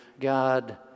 God